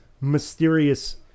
mysterious